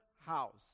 house